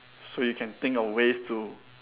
so you can think of ways to